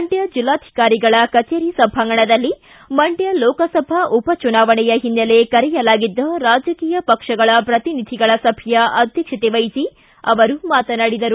ಮಂಡ್ಟ ಜಿಲ್ಲಾಧಿಕಾರಿಗಳ ಕಚೇರಿ ಸಭಾಂಗಣದಲ್ಲಿ ಮಂಡ್ಟ ಲೋಕಸಭಾ ಉಪ ಚುನಾವಣೆ ಹಿನ್ನೆಲೆ ಕರೆಯಲಾಗಿದ್ದ ರಾಜಕೀಯ ಪಕ್ಷಗಳ ಪ್ರತಿನಿಧಿಗಳ ಸಭೆಯ ಅಧ್ಯಕ್ಷತೆ ವಹಿಸಿ ಅವರು ಮಾತನಾಡಿದರು